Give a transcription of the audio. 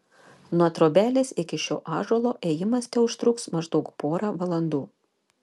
nuo trobelės iki šio ąžuolo ėjimas teužtruks maždaug porą valandų